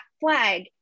flag